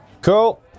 Cool